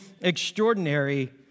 extraordinary